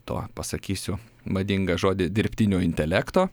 to pasakysiu madingą žodį dirbtinio intelekto